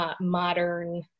modern